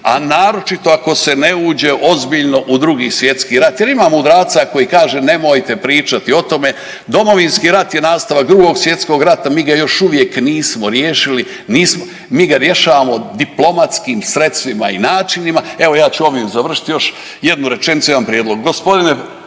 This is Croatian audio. a naročito ako se ne uđe ozbiljno u II. svj. rat jer ima mudraca koji kaže nemojte pričati o tome, Domovinski rat je nastavak II. svj. rata, mi ga još uvijek nismo riješili, nismo, mi ga rješavamo diplomatskim sredstvima i načinima, evo, ja ću ovim završiti. Još jednu rečenicu, imam prijedlog.